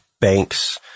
banks